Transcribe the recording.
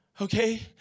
Okay